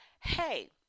hey